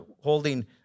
holding